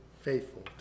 faithful